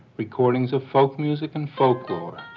recordings of folk music and folklore.